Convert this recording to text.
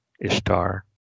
Ishtar